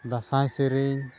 ᱫᱟᱸᱥᱟᱭ ᱥᱮᱨᱮᱧ